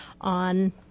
on